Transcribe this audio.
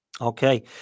Okay